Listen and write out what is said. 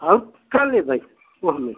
आउर का लेबे ओहमे